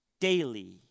Daily